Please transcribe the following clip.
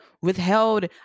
withheld